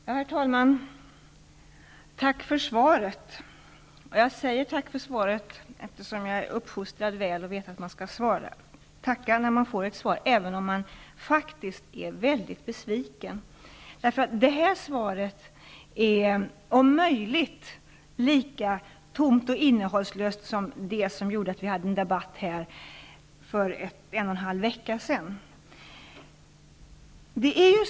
Herr talman! Jag framför ett tack för svaret, eftersom jag är väluppfostrad och vet att man skall tacka för ett svar, även om man faktiskt är mycket besviken. Detta svar är om möjligt lika innehållslöst som det som föranledde en debatt här för en och en halv vecka sedan.